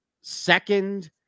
second